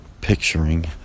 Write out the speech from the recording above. picturing